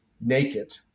naked